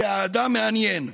שהאדם מעניין.